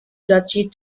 duchy